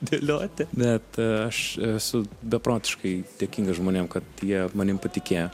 dėlioti bet aš esu beprotiškai dėkingas žmonėm kad jie manimi patikėjo